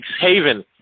haven